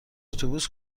اتوبوس